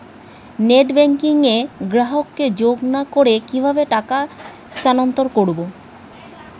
Net banking এ গ্রাহককে যোগ না করে কিভাবে টাকা স্থানান্তর করব?